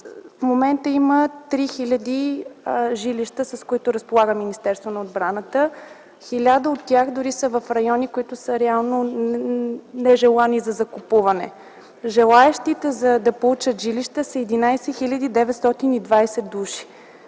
в момента има 3000 жилища, с които разполага Министерство на отбраната. Хиляда от тях дори са в райони, които са реално нежелани за закупуване. Желаещите да получат жилища са 11 920 души.